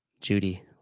Judy